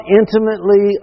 intimately